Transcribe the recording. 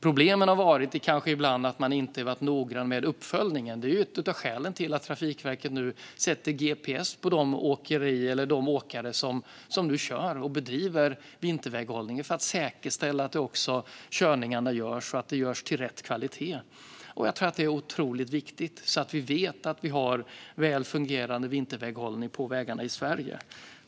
Problemet har ibland varit att man inte har varit noggrann med uppföljningen. Ett av skälen till att Trafikverket nu sätter gps på de åkare som kör och bedriver vinterväghållning är att säkerställa att körningarna görs och med tillräcklig kvalitet. Jag tror att det är otroligt viktigt, så att vi vet att vi har väl fungerande vinterväghållning på vägarna i Sverige.